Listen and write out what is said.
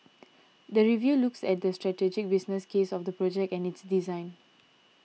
the review looks at the strategic business case of the project and its design